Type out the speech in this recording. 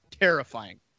terrifying